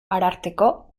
ararteko